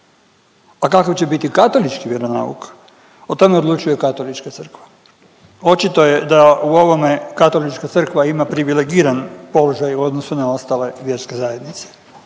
A kakav će biti katolički vjeronauk, o tome odlučuje Katolička crkva. Očito je da u ovome Katolička crkva ima privilegiran položaj u odnosu na ostale vjerske zajednice